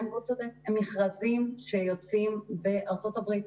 והוא צודק הם מכרזים שיוצאים בארצות הברית.